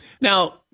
Now